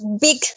big